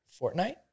Fortnite